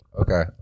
Okay